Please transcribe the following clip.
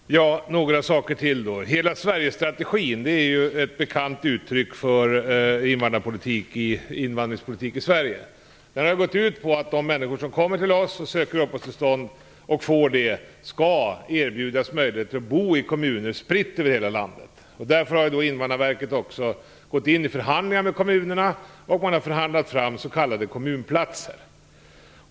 Fru talman! Några saker till: Hela Sverigestrategin är ju ett bekant uttryck när det gäller invandringspolitik i Sverige. Den har gått ut på att alla människor som kommer till oss, söker uppehållstillstånd och får det, skall erbjudas möjlighet att bo i kommuner spridda över hela landet. Därför har Invandrarverket också med kommunerna förhandlat fram s.k. kommunplatser.